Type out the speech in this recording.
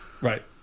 Right